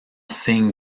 signe